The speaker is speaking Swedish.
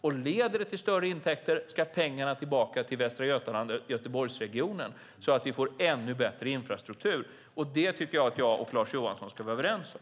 Och leder det till större intäkter ska pengarna tillbaka till Västra Götaland och Göteborgsregionen så att vi får ännu bättre infrastruktur. Det tycker jag att jag och Lars Johansson ska vara överens om.